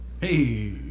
Hey